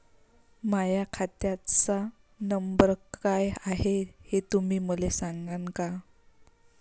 माह्या खात्याचा नंबर काय हाय हे तुम्ही मले सागांन का?